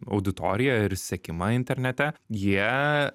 auditoriją ir sekimą internete jie